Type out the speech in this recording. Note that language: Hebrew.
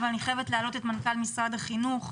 אבל אני חייבת להעלות את מנכ"ל משרד החינוך.